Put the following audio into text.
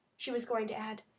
she was going to add,